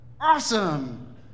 Awesome